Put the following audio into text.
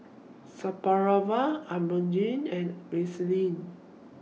Supravit and Vaselin